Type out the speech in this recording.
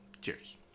Cheers